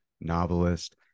novelist